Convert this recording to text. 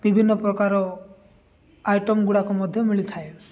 ବିଭିନ୍ନପ୍ରକାର ଆଇଟମ୍ଗୁଡ଼ାକ ମଧ୍ୟ ମିଳିଥାଏ